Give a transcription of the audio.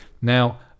Now